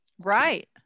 right